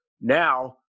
Now